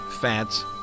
Fats